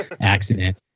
accident